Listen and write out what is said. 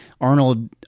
Arnold